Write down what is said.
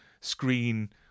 screen